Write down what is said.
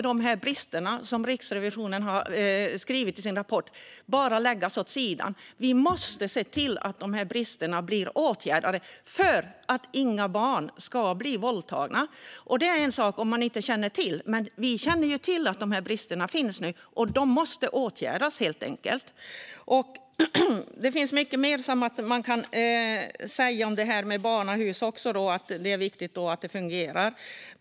De brister som Riksrevisionen har skrivit om i sin rapport får inte bara läggas åt sidan. Vi måste se till att de här bristerna blir åtgärdade för att inga barn ska bli våldtagna. Det är en sak om man inte känner till dem, men vi känner ju till att de här bristerna finns nu. De måste helt enkelt åtgärdas. Det finns mycket mer man kan säga om det här med barnahus. Det är viktigt att det fungerar.